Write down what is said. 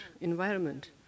environment